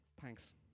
Thanks